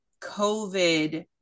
COVID